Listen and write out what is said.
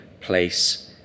place